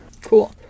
cool